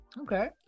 okay